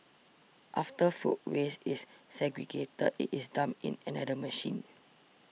after food waste is segregated it is dumped in another machine